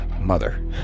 mother